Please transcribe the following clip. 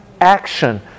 action